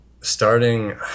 starting